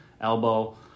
elbow